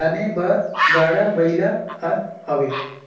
लाने बर गाड़ा बइला हर हवे